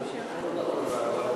כל אדם רשאי